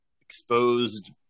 exposed